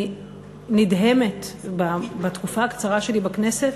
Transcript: אני נדהמת, בתקופה הקצרה שלי בכנסת,